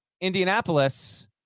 Indianapolis